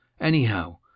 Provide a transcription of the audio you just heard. Anyhow—